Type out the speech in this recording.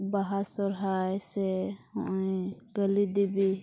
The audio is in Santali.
ᱵᱟᱦᱟ ᱥᱚᱦᱨᱟᱭ ᱥᱮ ᱱᱚᱜᱼᱚᱭ ᱠᱟᱹᱞᱤ ᱫᱤᱵᱤ